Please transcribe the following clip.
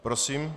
Prosím.